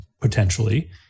potentially